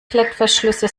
klettverschlüsse